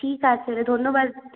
ঠিক আছে রে ধন্যবাদ